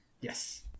Yes